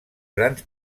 grans